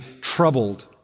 troubled